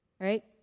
Right